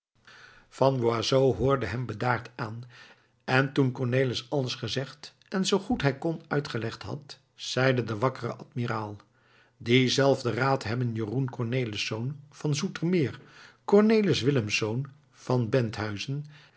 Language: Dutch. van boisot hoorde hem bedaard aan en toen cornelis alles gezegd en zoo goed hij kon uitgelegd had zeide de wakkere admiraal dienzelfden raad hebben jeroen cornelisz van zoetermeer cornelis willemsz van benthuizen